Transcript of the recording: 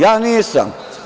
Ja nisam.